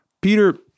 Peter